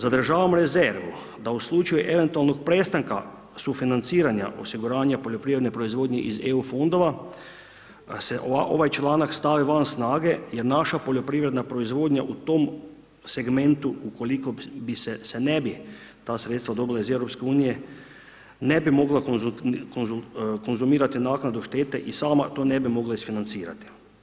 Zadržavam rezervu da u slučaju eventualnog prestanka sufinanciranja osiguranja poljoprivredne proizvodnje iz EU fondova se ovaj članak stavi van snage jer naša poljoprivredna proizvodnja u tom segmentu ukoliko se ne bi ta sredstva dobila iz EU-a, ne bi mogla konzumirati naknadu štete i sama to ne bi mogla isfinancirati.